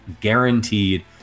guaranteed